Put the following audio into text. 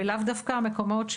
ולאו דווקא המקומות,